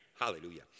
Hallelujah